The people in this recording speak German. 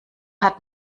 hat